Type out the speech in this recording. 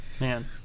Man